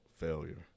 failure